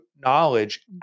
knowledge